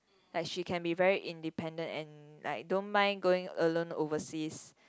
like she can be very independent and like don't mind going alone overseas